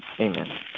Amen